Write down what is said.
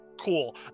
Cool